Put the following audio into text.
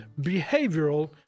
behavioral